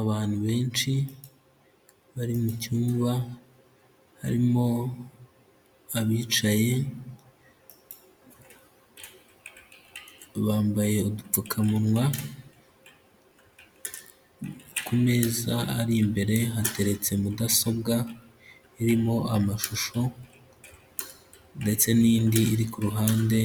Abantu benshi bari mu cyumba harimo abicaye bambaye upfukamunwa ku meza ari imbere hateretse mudasobwa irimo amashusho ndetse n'indi iri ku ruhande